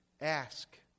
Ask